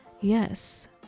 yes